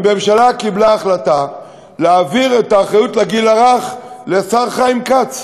הממשלה קיבלה החלטה להעביר את האחריות לגיל הרך לשר חיים כץ.